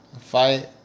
fight